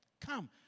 Come